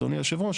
אדוני היושב-ראש,